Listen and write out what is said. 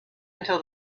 until